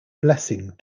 blessing